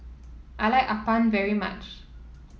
I like Appam very much